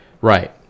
Right